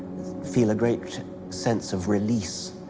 feel a great sense of release